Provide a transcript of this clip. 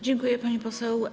Dziękuję, pani poseł.